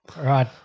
right